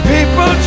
People